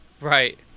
Right